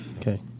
Okay